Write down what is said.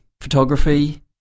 photography